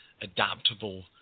adaptable